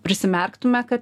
prisimerktume kad